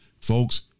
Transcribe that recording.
folks